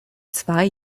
zwei